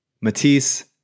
Matisse